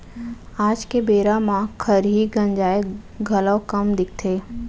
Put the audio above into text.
आज के बेरा म खरही गंजाय घलौ कम दिखथे